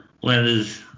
whereas